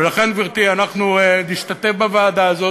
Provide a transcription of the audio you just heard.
ולכן, גברתי, אנחנו נשתתף בוועדה הזאת,